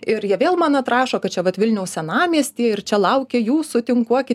ir jie vėl man atrašo kad čia vat vilniaus senamiestyje ir čia laukia jūsų tinkuokit